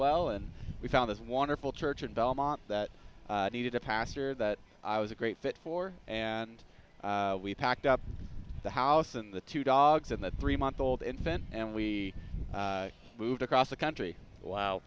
well and we found this wonderful church in belmont that needed a pastor that i was a great fit for and we packed up the house and the two dogs and the three month old infant and we moved across the country wow